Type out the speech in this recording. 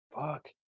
Fuck